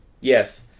Yes